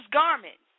garment